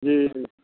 जी जी